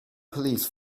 police